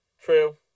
True